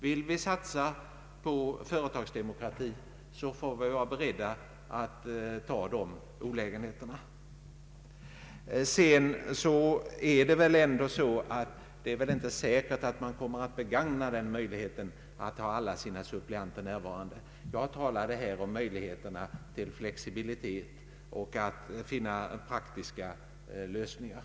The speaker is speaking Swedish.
Vill vi satsa på företagsdemokrati, så får vi vara beredda att ta de olägenheterna. För övrigt är det väl inte säkert att personalorganisationerna kommer att begagna möjligheten att låta alla sina suppleanter närvara. I de flesta fall går det nog att finna praktiska lösningar.